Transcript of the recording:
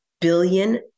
billion